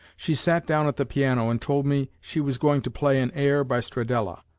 she sat down at the piano and told me she was going to play an air by stradella.